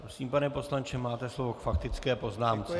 Prosím, pane poslanče, máte slovo k faktické poznámce.